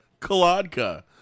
Kaladka